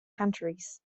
countries